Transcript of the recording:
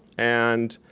and